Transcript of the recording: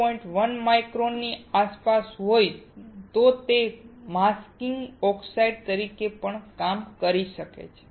1 માઇક્રોનની આસપાસ હોય તો તે માસ્કિંગ ઓક્સાઇડ તરીકે પણ કામ કરી શકે છે